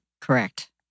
Correct